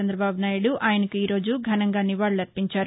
చంద్రబాబు నాయుడు ఆయనకు ఈరోజు ఘనంగా నివాళులర్పించారు